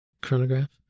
chronograph